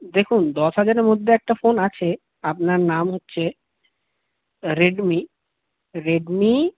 দেখুন দশ হাজারের মধ্যে একটা ফোন আছে আপনার নাম হচ্ছে রেডমি রেডমি